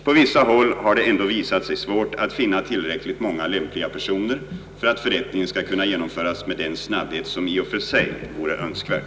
På vissa håll har det ändå visat sig svårt att finna tillräckligt många lämpliga personer för att förrättningen skall kunna genomföras med den snabbhet, som i och för sig vore önskvärd.